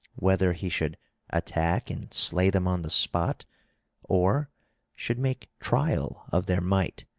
whether he should attack and slay them on the spot or should make trial of their might.